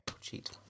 Cheat